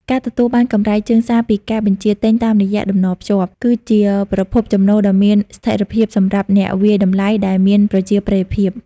ការទទួលបានកម្រៃជើងសារពីការបញ្ជាទិញតាមរយៈតំណភ្ជាប់ គឺជាប្រភពចំណូលដ៏មានស្ថិរភាពសម្រាប់អ្នកវាយតម្លៃដែលមានប្រជាប្រិយភាព។